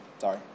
Sorry